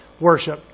worship